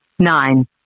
nine